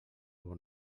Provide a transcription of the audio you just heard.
bon